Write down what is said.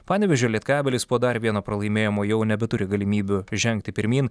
panevėžio lietkabelis po dar vieno pralaimėjimo jau nebeturi galimybių žengti pirmyn